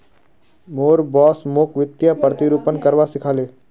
मोर बॉस मोक वित्तीय प्रतिरूपण करवा सिखा ले